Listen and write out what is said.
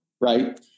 right